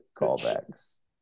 Callbacks